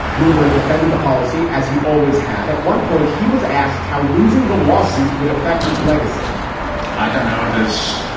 bloomberg defended the policy as he always had. at one point, point, he was asked how losing the lawsuit would affect his legacy i don't know this